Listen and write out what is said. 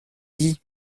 dis